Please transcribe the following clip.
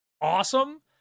awesome